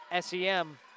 SEM